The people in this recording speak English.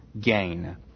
gain